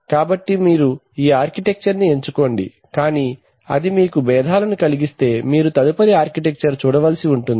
కాబట్టి మీరు ఈ ఆర్కిటెక్చర్ ని ఎంచుకోండి కానీ అది మీకు భేధాలను కలిగిస్తే మీరు తదుపరి ఆర్కిటెక్చర్ చూడవలసి ఉంటుంది